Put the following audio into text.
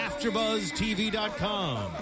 AfterBuzzTV.com